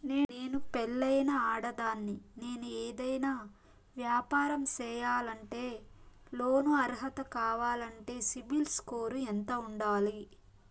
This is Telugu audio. నేను పెళ్ళైన ఆడదాన్ని, నేను ఏదైనా వ్యాపారం సేయాలంటే లోను అర్హత కావాలంటే సిబిల్ స్కోరు ఎంత ఉండాలి?